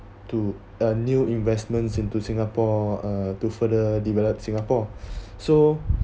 to a new investments into singapore uh to further develop singapore so